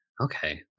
Okay